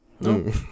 No